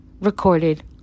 recorded